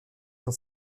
dans